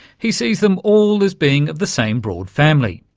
he sees them all as being of the same broad family.